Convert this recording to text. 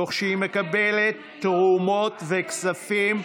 תוך שהיא מקבלת תרומות וכספים,